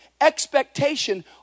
Expectation